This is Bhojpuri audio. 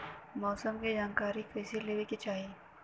मौसम के जानकारी कईसे लेवे के चाही?